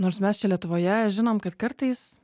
nors mes čia lietuvoje žinom kad kartais